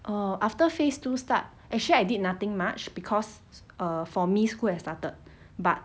uh after phase two start actually I did nothing much because err for me school has started but